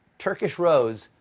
turkish rose,